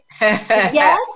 yes